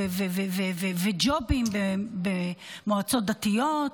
וג'ובים במועצות דתיות,